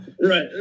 Right